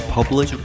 Public